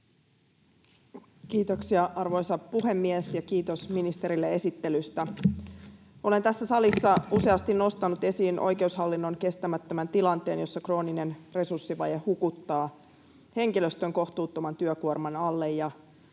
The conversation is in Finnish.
Kiitoksia, arvoisa puhemies! Ja kiitos ministerille esittelystä. Olen tässä salissa useasti nostanut esiin oikeushallinnon kestämättömän tilanteen, jossa krooninen resurssivaje hukuttaa henkilöstön kohtuuttoman työkuorman alle.